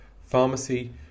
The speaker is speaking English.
pharmacy